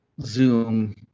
Zoom